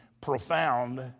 profound